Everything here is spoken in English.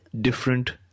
different